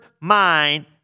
mind